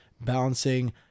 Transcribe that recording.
balancing